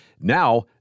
Now